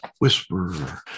whisperer